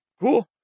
Cool